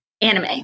anime